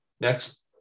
Next